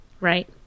Right